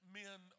men